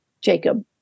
Jacob